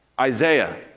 Isaiah